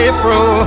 April